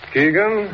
Keegan